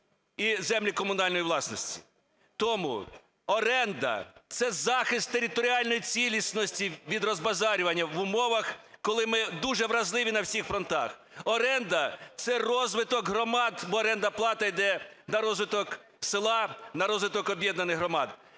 і землі комунальної власності. Тому оренда – це захист територіальної цілісності від розбазарювання в умовах, коли ми дуже вразливі на всіх фронтах. Оренда – це розвиток громад, бо орендна плата йде на розвиток села, на розвиток об'єднаних громад.